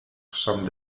some